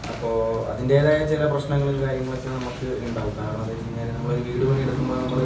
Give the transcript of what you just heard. അപ്പോൾ അതിന്റേതായ ചില പ്രശ്നങ്ങളും കാര്യങ്ങളൊക്കെ നമുക്ക് ഉണ്ടാകും കാരണം എന്താണെന്ന് വെച്ച് കഴിഞ്ഞാൽ നമ്മൾ വീടുപണി എടുക്കുമ്പോൾ നമ്മൾ